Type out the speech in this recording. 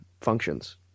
functions